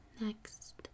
Next